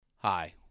Hi